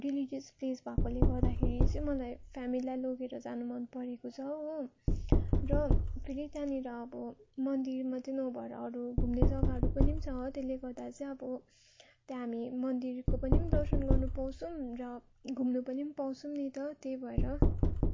religious place भएकोले गर्दाखेरि चाहिँ मलाई फेमेलीलाई लगेर जानु मनपरेको छ हो र फेरि त्यहाँनिर अब मन्दिर मात्रै नभएर अरू घुम्ने जग्गाहरू पनि छ त्यसले गर्दा चाहिँ अब त्यहाँ हामी मन्दिरको पनि दर्शन गर्नु पाउँछौँ र घुम्नु पनि पाउँछमौँ नि त त्यही भएर